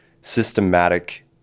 systematic